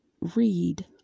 read